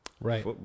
right